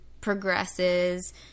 progresses